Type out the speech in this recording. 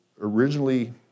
originally